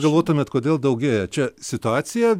galvotumėt kodėl daugėja čia situacija